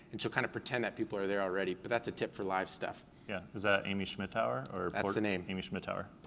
and she'll kind of pretend that people are there already, but that's a tip for live stuff. yeah. is that amy schmittauer? that's the name. amy schmittauer.